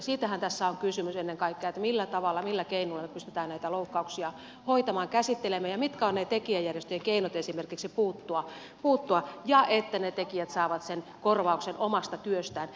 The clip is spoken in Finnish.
siitähän tässä on kysymys ennen kaikkea millä tavalla millä keinoilla me pystymme näitä loukkauksia käsittelemään ja mitkä ovat esimerkiksi ne tekijäjärjestöjen keinot puuttua että ne tekijät saavat sen korvauksen omasta työstään